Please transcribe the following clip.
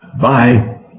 Bye